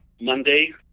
Monday